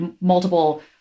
multiple